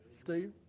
Steve